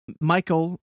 Michael